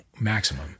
Maximum